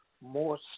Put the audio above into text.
more